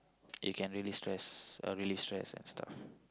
it can relieve stress uh relieve stress and stuff